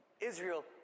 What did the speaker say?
Israel